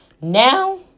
Now